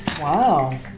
Wow